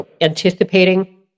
anticipating